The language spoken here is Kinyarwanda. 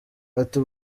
ati